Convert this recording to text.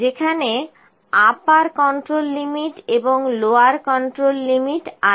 সেখানে upper control limit এবং lower control limit আছে